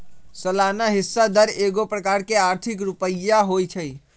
सलाना हिस्सा दर एगो प्रकार के आर्थिक रुपइया होइ छइ